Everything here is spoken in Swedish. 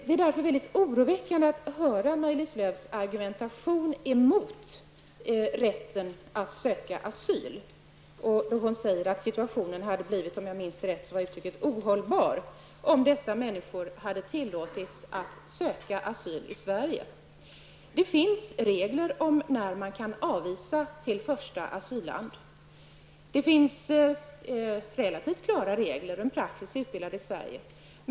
Det är därför mycket oroväckande att höra Maj-Lis Lööws argumentation emot rätten att söka asyl. Hon säger att situationen skulle ha blivit -- jag tror att uttrycket var -- ohållbar om dessa människor skulle ha tillåtits att söka asyl i Sverige. Det finns regler när man kan avvisa till första asylland. Det finns relativt klara regler, och en praxis har utbildats i Sverige.